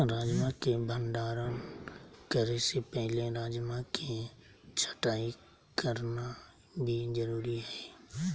राजमा के भंडारण करे से पहले राजमा के छँटाई करना भी जरुरी हय